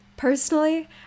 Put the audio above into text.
Personally